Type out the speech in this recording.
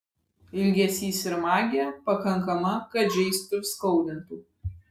ilgesys ir magija pakankama kad žeistų ir skaudintų